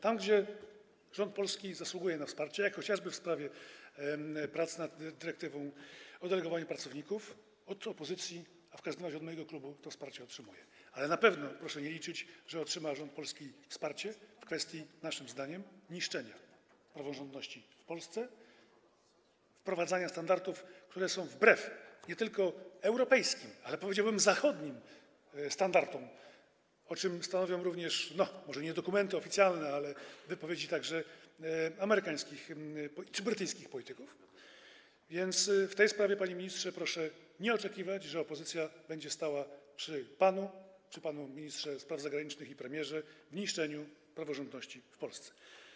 Tam gdzie rząd polski zasługuje na wsparcie, jak chociażby w sprawie prac nad dyrektywą o delegowaniu pracowników, od opozycji, a w każdym razie od mojego klubu to wsparcie otrzymuje, ale na pewno proszę nie liczyć, że otrzyma rząd polski wsparcie w kwestii naszym zdaniem niszczenia praworządności w Polsce, wprowadzania standardów, które są wbrew nie tylko europejskim, ale, powiedziałbym, zachodnim standardom, o czym stanowią również, no, może nie dokumenty oficjalne, ale wypowiedzi, także amerykańskich czy brytyjskich, polityków, więc w tej sprawie, panie ministrze, proszę nie oczekiwać, że opozycja będzie stała przy panu, panu ministrze spraw zagranicznych i premierze w niszczeniu praworządności w Polsce.